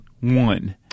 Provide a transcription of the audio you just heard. one